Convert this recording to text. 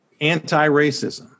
anti-racism